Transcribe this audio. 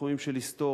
בתחומים של היסטוריה.